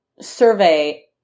survey